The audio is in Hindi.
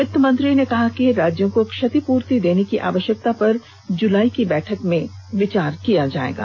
वित्ततमंत्री ने कहा कि राज्यों को क्षतिपूर्ति देने की आवश्यकता पर जुलाई की बैठक में विचार होगा